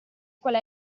qual